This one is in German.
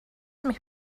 mich